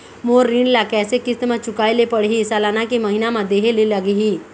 मोर ऋण ला कैसे किस्त म चुकाए ले पढ़िही, सालाना की महीना मा देहे ले लागही?